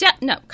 no